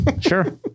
Sure